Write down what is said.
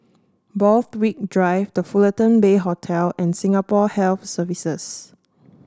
Borthwick Drive The Fullerton Bay Hotel and Singapore Health Services